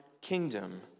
kingdom